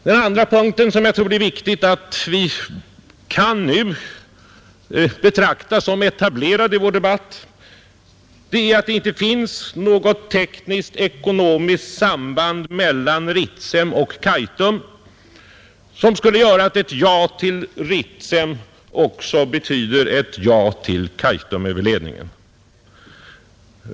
Den andra punkten som jag tror det är viktigt att vi nu kan betrakta som etablerad i vår debatt är att det inte finns något tekniskt-ekonomiskt samband mellan Ritsem och Kaitum, som skulle göra att ett ja till Ritsem också betyder ett ja till Kaitumöverledningen.